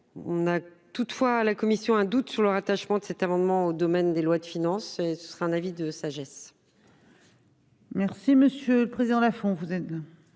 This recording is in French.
Toutefois, la commission a un doute sur le rattachement de cet amendement au domaine des lois de finances. Avis de sagesse.